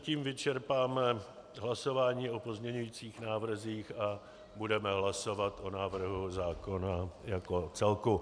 Tím vyčerpáme hlasování o pozměňovacích návrzích a budeme hlasovat o návrhu zákona jako celku.